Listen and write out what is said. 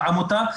העמותה,